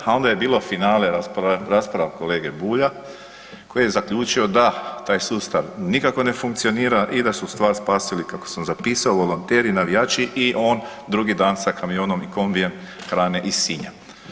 A onda je bilo finale rasprava kolege Bulja koji je zaključio da taj sustav nikako ne funkcionira i da su stvar spasili, kako sam zapisao, volonteri, navijači i on drugi dan sa kamionom i kombijem hrane iz Sinja.